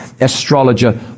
astrologer